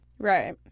Right